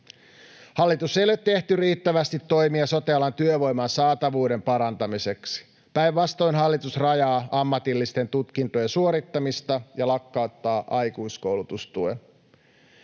Hallitus ei ole tehnyt riittävästi toimia sote-alan työvoiman saatavuuden parantamiseksi. Päinvastoin, hallitus rajaa ammatillisten tutkintojen suorittamista ja lakkauttaa aikuiskoulutustuen.